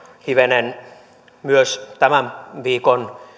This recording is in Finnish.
hivenen käyty keskustelua tämän viikon